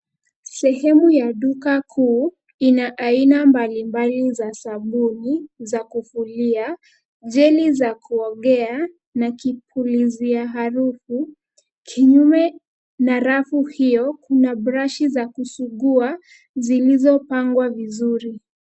Sehemu ya duka kuu ina aina mbalimbali za sabuni, za kufulia, jeli za kuogea na kipulizia harufu. Kinyume na rafu hiyo, kuna brashi za kusugua zilizopangwa vizuri.